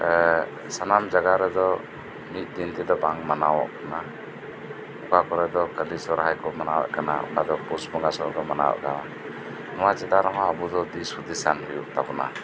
ᱥᱟᱱᱟᱢ ᱡᱟᱜᱟ ᱨᱮᱫᱚ ᱢᱤᱫ ᱫᱤᱱ ᱛᱮᱫᱚ ᱵᱟᱝ ᱢᱟᱱᱟᱣᱚᱜ ᱠᱟᱱᱟ ᱚᱠᱟ ᱠᱚᱨᱮᱫᱚ ᱠᱟᱹᱞᱤ ᱥᱚᱦᱨᱟᱭᱠᱩ ᱢᱟᱱᱟᱣᱮᱫ ᱠᱟᱱᱟ ᱚᱱᱟ ᱫᱚ ᱯᱩᱥᱵᱚᱸᱜᱟ ᱥᱩᱢᱟᱹᱭ ᱵᱩ ᱢᱟᱱᱟᱣᱮᱫ ᱠᱟᱱᱟ ᱱᱚᱣᱟ ᱪᱮᱛᱟᱱ ᱨᱮᱦᱚᱸ ᱟᱵᱩᱫᱚ ᱫᱤᱥ ᱦᱩᱫᱤᱥ ᱮᱢ ᱦᱩᱭᱩᱜ ᱛᱟᱵᱩᱱᱟ